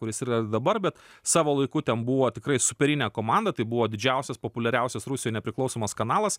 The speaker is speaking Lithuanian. kuris yra dabar bet savo laiku ten buvo tikrai superinė komanda tai buvo didžiausias populiariausias rusijoj nepriklausomas kanalas